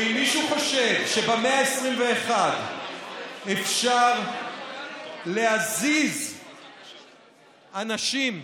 ואם מישהו חושב שבמאה ה-21 אפשר להזיז אנשים ככה,